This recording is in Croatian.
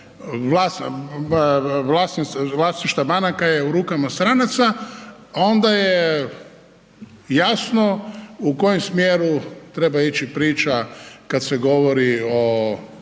vlasništva je u rukama stranaca, onda je jasno u kojem smjeru treba ići priča kad se govori o